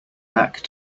act